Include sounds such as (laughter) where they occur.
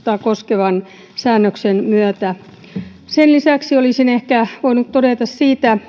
koskevan säännöksen kanssa sen lisäksi olisin ehkä voinut todeta siitä (unintelligible)